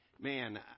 man